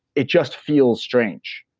it just feels strange.